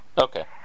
Okay